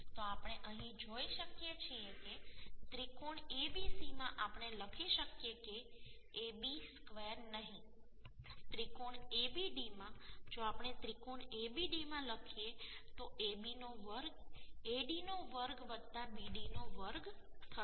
તો આપણે અહીં જોઈ શકીએ છીએ કે ત્રિકોણ ABC માં આપણે લખી શકીએ કે AB ²નહીં નહીં ત્રિકોણ ABD માં જો આપણે ત્રિકોણ ABD માં લખીએ તો AB નો વર્ગ AD ² BD² થશે